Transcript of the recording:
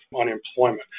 unemployment